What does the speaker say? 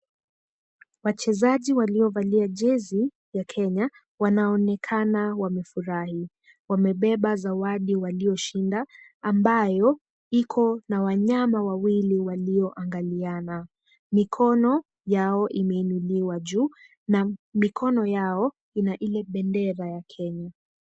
Wachezaji waliovalia jezi ya Kenya wanaonekana wamefurahi. Wamebeba zawadi waliyoshinda, ambayo iko na wanyama wawili walioangaliana. Mikono yao imeinuliwa juu na mikono yao ina ile bendera ya Kenya.